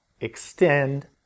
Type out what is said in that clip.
extend